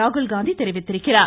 ராகுல்காந்தி தெரிவித்துள்ளார்